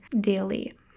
daily